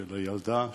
הילדה,